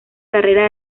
carrera